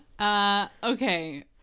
Okay